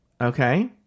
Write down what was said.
okay